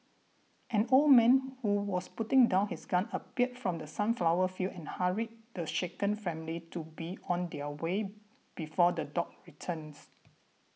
an old man who was putting down his gun appeared from the sunflower fields and hurried the shaken family to be on their way before the dogs returns